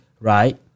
right